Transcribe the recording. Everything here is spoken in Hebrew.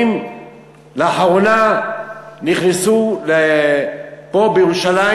שראינו לאחרונה שהמונים נכנסו פה בירושלים